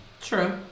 True